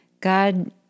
God